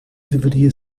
deveria